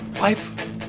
life